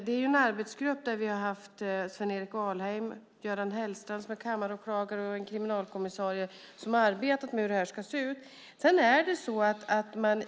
En arbetsgrupp med Sven-Erik Alhem, Göran Hellstrand som är kammaråklagare och en kriminalkommissarie har arbetat med hur det ska se ut.